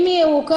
אם היא ירוקה,